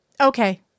Okay